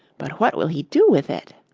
but what will he do with it?